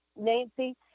Nancy